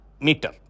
meter